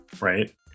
right